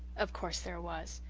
of course there was.